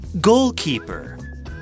goalkeeper